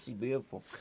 beautiful